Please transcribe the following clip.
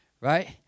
right